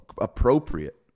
appropriate